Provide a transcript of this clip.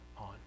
on